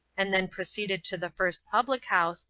and then proceeded to the first public house,